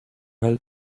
help